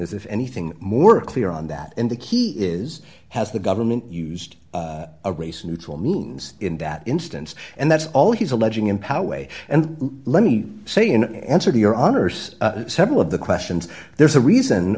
is if anything more clear on that and the key is has the government used a race neutral means in that instance and that's all he's alleging in power a and let me say in answer to your honor's several of the questions there's a reason